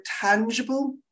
tangible